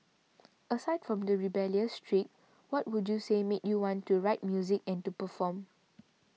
aside from the rebellious streak what would you say made you want to write music and to perform